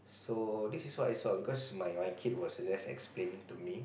so this is what I saw because my my kid was just explaining to me